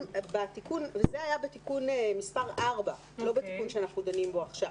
זה היה בתיקון מספר 4 ולא בתיקון בו אנחנו דנים עכשיו.